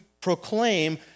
proclaim